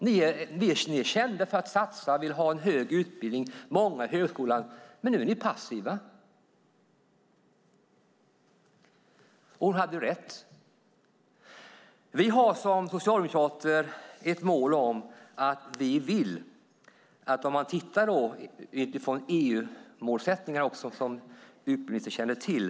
Ni är kända för att satsa och för att ni vill ha en hög utbildning och många i högskolan, men nu är ni passiva. Hon hade rätt. Vi socialdemokrater har ett mål. Man kan titta på det utifrån EU-målsättningar, som utbildningsministern känner till.